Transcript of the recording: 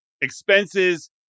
expenses